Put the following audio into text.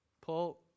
Paul